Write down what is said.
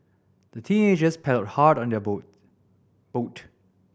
the teenagers paddled hard on their boat